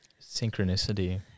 synchronicity